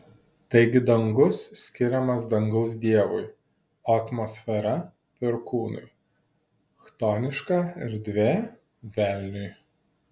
taigi dangus skiriamas dangaus dievui atmosfera perkūnui chtoniška erdvė velniui